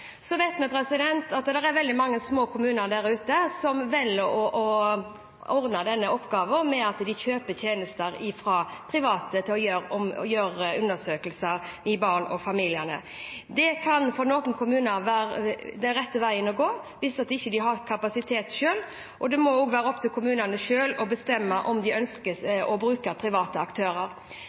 Så vet vi at det er veldig mange små kommuner der ute som velger å ordne denne oppgaven ved å kjøpe tjenester fra private til å gjøre undersøkelser av barn og av familiene. Det kan for noen kommuner være den rette veien å gå hvis de ikke har kapasitet selv, og det må være opp til kommunene å bestemme om de ønsker å bruke private aktører.